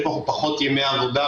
שיש בו פחות ימי עבודה.